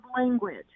language